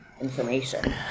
information